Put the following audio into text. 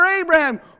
Abraham